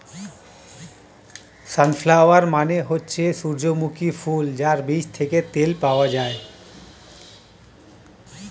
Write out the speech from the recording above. sunflower মানে হচ্ছে সূর্যমুখী ফুল যার বীজ থেকে তেল পাওয়া যায়